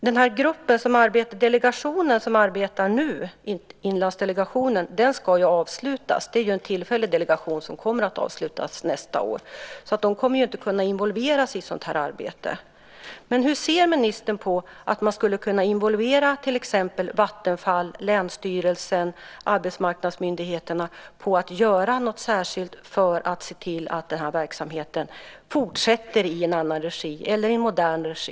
Inlandsdelegationen, som arbetar nu, är en tillfällig delegation som kommer att avslutas nästa år, så de kommer inte att kunna involveras i sådant här arbete. Hur ser ministern på att man skulle kunna involvera till exempel Vattenfall, länsstyrelsen och arbetsmarknadsmyndigheterna i att göra något särskilt för att se till att den här verksamheten fortsätter i en modern regi?